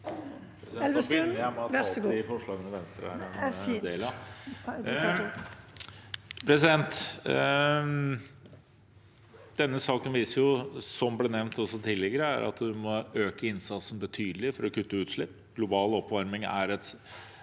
Denne saken viser jo, som det ble nevnt tidligere, at man må øke innsatsen betydelig for å kutte utslipp. Global oppvarming er et